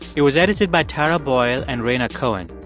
it was edited by tara boyle and rhaina cohen.